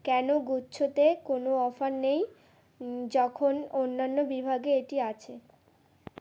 কেন গুচ্ছতে কোনো অফার নেই যখন অন্যান্য বিভাগে এটি আছে